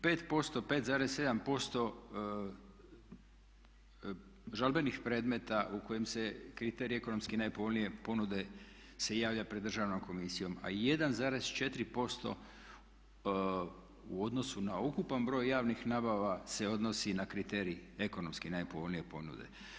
5%, 5,7% žalbenih predmeta u kojima se kriteriji ekonomski najpovoljnije ponude se javlja pred Državnom komisijom, a 1,4% u odnosu na ukupan broj javnih nabava se odnosi na kriterij ekonomski najpovoljnije ponude.